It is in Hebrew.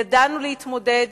ידענו להתמודד,